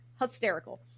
Hysterical